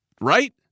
Right